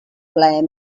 plaer